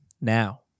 now